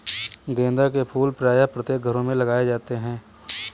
गेंदा के फूल प्रायः प्रत्येक घरों में लगाए जाते हैं